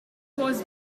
was